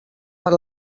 per